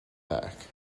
back